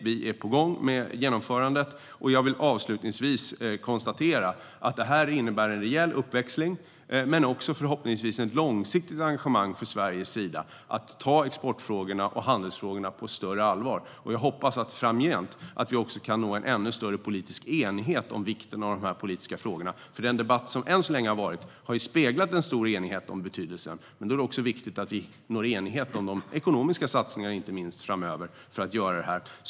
Vi är på gång med genomförandet, och jag vill avslutningsvis konstatera att detta innebär en rejäl uppväxling men förhoppningsvis också ett långsiktigt engagemang från Sveriges sida att ta exportfrågorna och handelsfrågorna på större allvar. Jag hoppas också att vi framgent kan nå en större politisk enighet om vikten av dessa frågor. Den debatt som än så länge har varit har nämligen speglat en stor enighet om betydelsen, men det är också viktigt att vi når enighet inte minst om de ekonomiska satsningarna framöver för att göra detta.